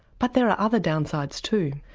but there are other downsides too.